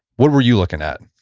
what were you looking at?